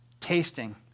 Tasting